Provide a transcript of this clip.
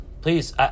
please